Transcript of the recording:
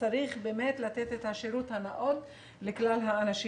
וצריך באמת לתת את השירות הנאות לכלל האנשים.